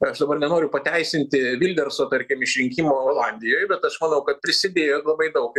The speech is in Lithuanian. aš dabar nenoriu pateisinti vilderso tarkim iš rinkimų olandijoj bet aš manau kad prisidėjo ir labai daug